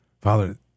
Father